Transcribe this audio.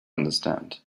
understand